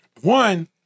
one